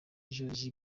joriji